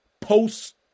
post